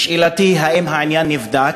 שאלתי: האם העניין נבדק,